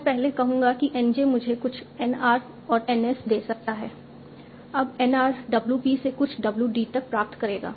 मैं पहले कहूंगा कि N j मुझे कुछ N r और N s दे सकता है अब N r W p से कुछ W d तक प्राप्त करेगा